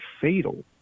fatal